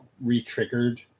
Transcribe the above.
re-triggered